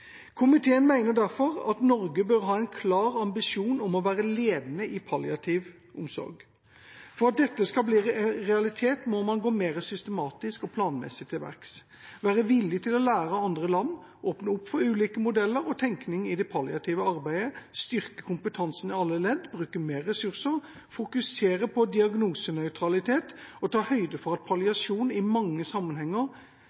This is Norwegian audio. Komiteen er tydelig på at palliasjonfeltet må styrkes vesentlig i Norge. Jeg vil i den forbindelse sitere litt fra innstillingen: «Komiteen mener at Norge bør ha en klar ambisjon om å være ledende i palliativ omsorg. For at dette skal bli en realitet, må man gå mer systematisk og planmessig til verks, være villige til å lære av andre land, åpne opp for ulike modeller og tenkning i det palliative arbeidet, styrke kompetansen i alle ledd, bruke mer ressurser, fokusere på diagnosenøytralitet